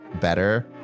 better